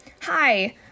Hi